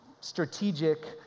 strategic